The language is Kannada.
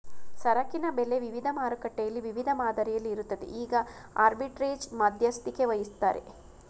ಸರಕಿನ ಬೆಲೆ ವಿವಿಧ ಮಾರುಕಟ್ಟೆಯಲ್ಲಿ ವಿವಿಧ ಮಾದರಿಯಲ್ಲಿ ಇರುತ್ತದೆ ಈಗ ಆರ್ಬಿಟ್ರೆರೇಜ್ ಮಧ್ಯಸ್ಥಿಕೆವಹಿಸತ್ತರೆ